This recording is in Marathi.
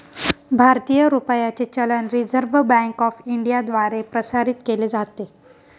भारतीय रुपयाचे चलन रिझर्व्ह बँक ऑफ इंडियाद्वारे प्रसारित केले जाते